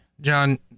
John